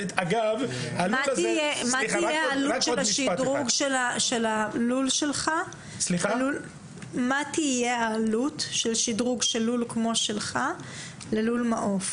--- מה תהיה העלות של שדרוג הלול שלך ללול מעוף?